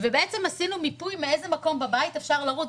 בעצם עשינו מיפוי, מאיזה מקום בבית אפשר לרוץ.